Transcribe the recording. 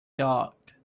dark